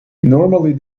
normally